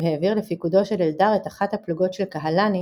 והעביר לפיקודו של אלדר את אחת הפלוגות של קהלני,